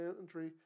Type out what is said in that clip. entry